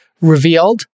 revealed